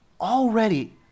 already